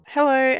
Hello